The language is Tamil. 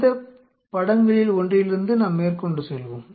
இந்த படங்களில் ஒன்றிலிருந்து நாம் மேற்கொண்டு செல்வோம்